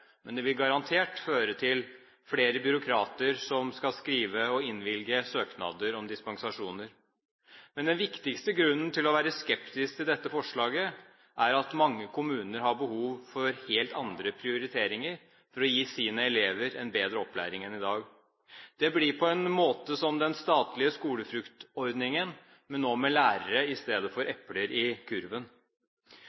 men det vil garantert føre til flere byråkrater som skal skrive og innvilge søknader om dispensasjoner. Men den viktigste grunnen til å være skeptisk til dette forslaget er at mange kommuner har behov for helt andre prioriteringer for å gi sine elever en bedre opplæring enn i dag. Det blir på en måte som den statlige skolefruktordningen, men nå med lærere istedenfor epler i